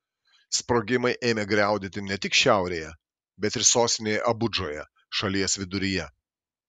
sprogimai ėmė griaudėti ne tik šiaurėje bet ir sostinėje abudžoje šalies viduryje